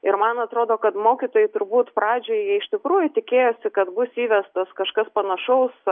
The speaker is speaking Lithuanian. ir man atrodo kad mokytojai turbūt pradžioje jie iš tikrųjų tikėjosi kad bus įvestas kažkas panašaus